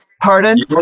pardon